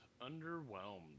underwhelmed